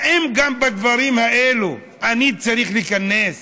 האם גם בדברים האלה אני צריך להיכנס?